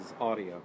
audio